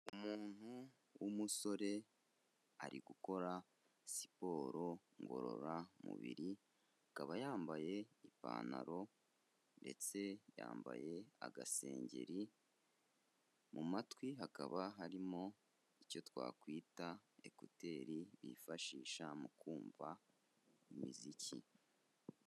Umuntu w'umusore ari gukora siporo ngororamubiri, akaba yambaye ipantaro ndetse yambaye agasengeri, mu matwi hakaba harimo icyo twakwita ekuteri bifashisha mu kumva imiziki.